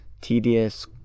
tedious